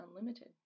unlimited